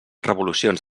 revolucions